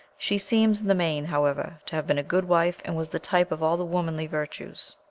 she seems in the main, however, to have been a good wife, and was the type of all the womanly virtues.